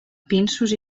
pinsos